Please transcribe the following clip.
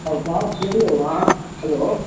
सब कहाँ छियै यौ अहाँ हैलो